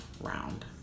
round